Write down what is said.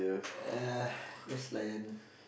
uh just layan